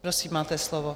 Prosím, máte slovo.